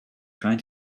trying